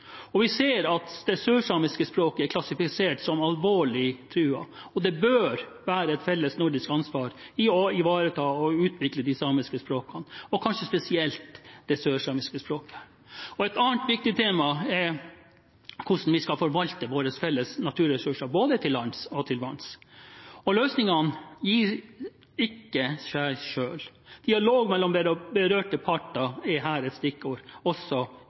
Vi ser at det sørsamiske språket er klassifisert som alvorlig truet, og det bør være et felles nordisk ansvar å ivareta og utvikle de samiske språkene, og kanskje spesielt det sørsamiske språket. Et annet viktig tema er hvordan vi skal forvalte våre felles naturressurser, både til lands og til vanns. Løsningene gir seg ikke selv. Dialog mellom de berørte parter er her et stikkord, også